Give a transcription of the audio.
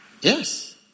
Yes